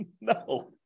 No